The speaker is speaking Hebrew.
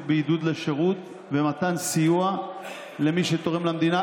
בעידוד לשירות ובמתן סיוע למי שתורם למדינה.